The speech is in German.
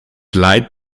leid